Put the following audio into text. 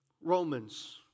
Romans